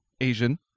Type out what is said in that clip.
Asian